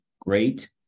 great